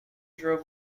drove